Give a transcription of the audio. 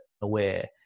aware